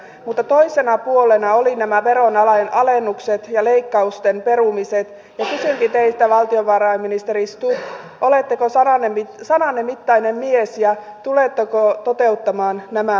mutta toisena puolena olivat nämä veronalennukset ja leikkausten perumiset ja kysynkin teiltä valtiovarainministeri stubb oletteko sananne mittainen mies ja tuletteko toteuttamaan nämä lupaukset